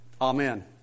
Amen